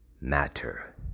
matter